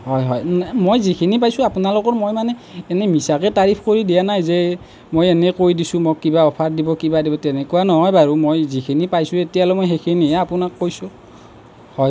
হয় হয় মই যিখিনি পাইছোঁ আপোনাৰ লগত মই মানে এনে মিছাকৈ তাৰিফ কৰি দিয়া নাই যে মই এনে কৈ দিছোঁ মোক কিবা অফাৰত দিব কিবা দিব তেনেকুৱা নহয় বাৰু মই যিখিনি পাইছোঁ এতিয়ালৈ মই সেইখিনিহে আপোনাক কৈছোঁ